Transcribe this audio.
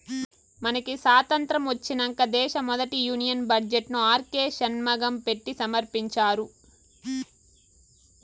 మనకి సాతంత్రం ఒచ్చినంక దేశ మొదటి యూనియన్ బడ్జెట్ ను ఆర్కే షన్మగం పెట్టి సమర్పించినారు